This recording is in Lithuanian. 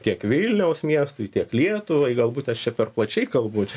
tiek vilniaus miestui tiek lietuvai galbūt aš čia per plačiai galbūt